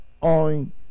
on